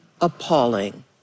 appalling